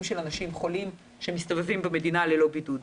של אנשים חולים שמסתובבים במדינה ללא בידוד.